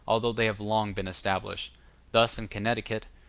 although they have long been established thus in connecticut,